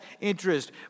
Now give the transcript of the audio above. interest